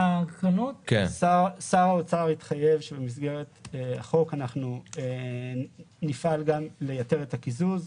שר האוצר התחייב שבמסגרת החוק אנחנו נפעל גם לייתר את הקיזוז.